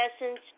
essence